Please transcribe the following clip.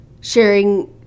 sharing